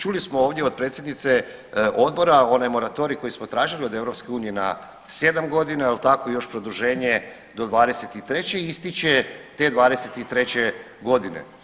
Čuli smo ovdje od predsjednice odbora onaj moratorij koji smo tražili od EU na 7 godina, jel' tako još produženje do 2023. ističe te 2023. godine.